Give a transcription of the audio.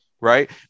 right